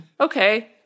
Okay